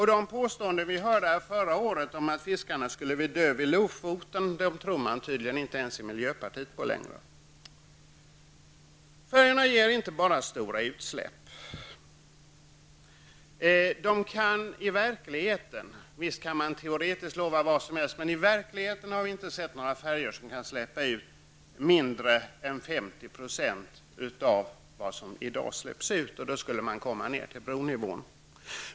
Påståenden som vi hörde förra året om att fiskarna skulle dö vid Lofoten, tror man tydligen inte ens på i miljöpartiet inte längre. Färjorna åstadkommer inte bara stora utsläpp. Visst kan man teoretiskt lova vad som helst, men i verkligheten har vi inte sett någon färja som släpper ut mindre än 50 % av det som i dag släpps ut. Då skulle man komma ner till bronivån.